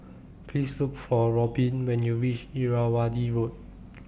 Please Look For Robyn when YOU REACH Irrawaddy Road